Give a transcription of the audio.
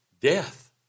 death